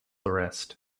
arrest